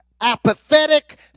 apathetic